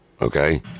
okay